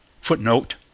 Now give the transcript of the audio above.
footnote